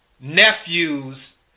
nephews